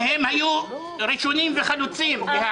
והם היו ראשונים וחלוצים להיענות.